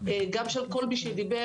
גם של כל מי שדיבר,